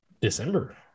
December